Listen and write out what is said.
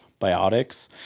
biotics